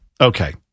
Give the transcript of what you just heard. Okay